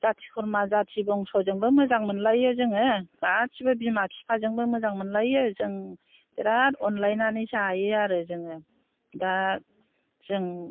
जाथि खुरमा जाथि बंस'जोंबो मोजां मोनलायो जोङो गासिबो बिमा बिफाजोंबो मोजां मोनलायो जों बिराद अनलायनानै जायो आरो जोङो दा जों